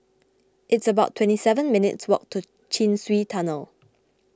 it's about twenty seven minutes' walk to Chin Swee Tunnel